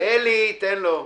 אלי, תן לו.